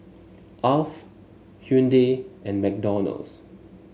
Alf Hyundai and McDonald's